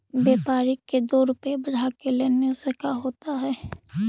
व्यापारिक के दो रूपया बढ़ा के लेने से का होता है?